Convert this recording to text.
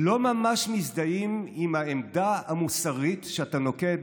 לא ממש מזדהים עם העמדה המוסרית שאתה נוקט,